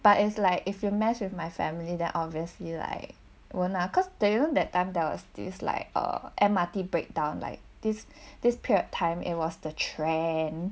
but it's like if you mess with my family then obviously like won't lah cause that you know that time there was this like uh M_R_T breakdown like this this period time it was the trend